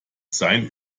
sein